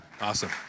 awesome